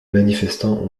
manifestants